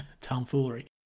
tomfoolery